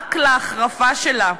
רק להחרפה שלה?